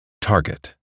Target